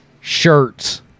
shirts